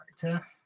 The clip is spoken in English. character